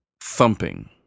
thumping